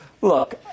look